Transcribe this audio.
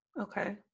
Okay